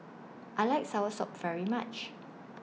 I like Soursop very much